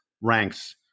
ranks